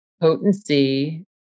potency